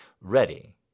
ready